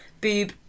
boob